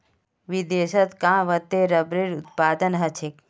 विदेशत कां वत्ते रबरेर उत्पादन ह छेक